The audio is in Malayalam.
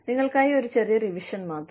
നിങ്ങൾക്കായി ഒരു ചെറിയ റിവിഷൻ മാത്രം